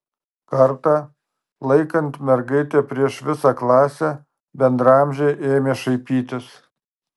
kartą laikant mergaitę prieš visą klasę bendraamžiai ėmė šaipytis